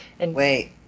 Wait